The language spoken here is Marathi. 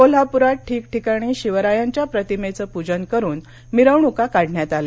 कोल्हापुरात ठिकठिकाणी शिवरायांच्या प्रतिमेचं पूजन करुन मिरवणुका काढण्यात आल्या